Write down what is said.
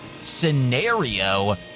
scenario